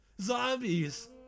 Zombies